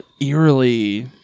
eerily